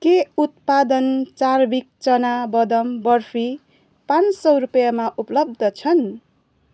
के उत्पादन चार्भिक चना बदाम बर्फी पाँच सय रुपियाँमा उपलब्ध छन्